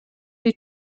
die